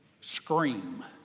scream